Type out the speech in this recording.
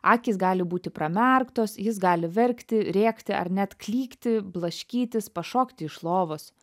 akys gali būti primerktos jis gali verkti rėkti ar net klykti blaškytis pašokti iš lovos